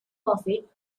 profit